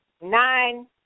nine